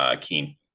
Keen